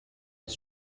his